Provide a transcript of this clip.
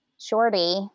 shorty